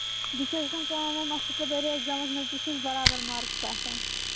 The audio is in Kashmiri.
بیٚیہِ چھَس آسان کٲم وٲم اَصٕل پٲٹھۍ سٲریےٚ اٮ۪کزامَس منٛز تہِ چھِس برابر مارکٕس آسان